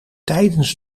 tijdens